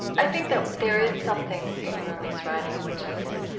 i think that there is something in rumi's writing which is